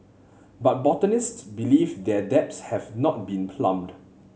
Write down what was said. but botanists believe their depths have not been plumbed